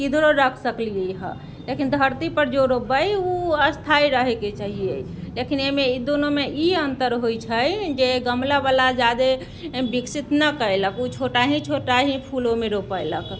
किधरो रख सकलियै हऽ लेकिन धरतीपर जो रोपबै उ स्थायी रहैके चाहिए लेकिन अइमे ई दुनूमे ई अन्तर होइ छै जे गमलावला जादे विकसित नहि कयलक उ छोटा ही छोटा ही फूल ओइमे रोपेलक